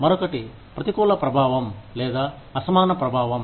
మరొకటి ప్రతికూల ప్రభావం లేదా అసమాన ప్రభావం